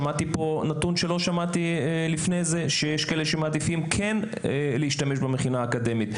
שמעתי כאן שיש כאלו מהם שמעדיפים להשתמש במכינה האקדמית,